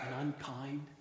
unkind